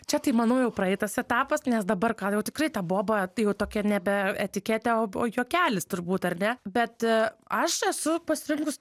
čia tai manau jau praeitas etapas nes dabar gal jau tikrai ta boba tai jau tokia nebe etiketė o o juokelis turbūt ar ne bet aš esu pasirinkus